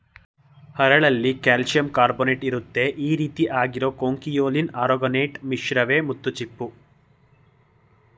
ಹರಳಲ್ಲಿ ಕಾಲ್ಶಿಯಂಕಾರ್ಬೊನೇಟ್ಇರುತ್ತೆ ಈರೀತಿ ಆಗಿರೋ ಕೊಂಕಿಯೊಲಿನ್ ಆರೊಗೊನೈಟ್ ಮಿಶ್ರವೇ ಮುತ್ತುಚಿಪ್ಪು